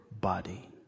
body